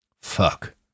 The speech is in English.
Fuck